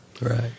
Right